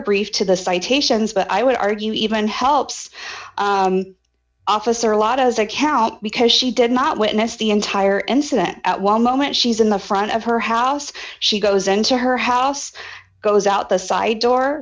brief to the citations but i would argue even helps officer a lot of his account because she did not witness the entire incident at one moment she's in the front of her house she goes into her house goes out the side door